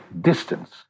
distance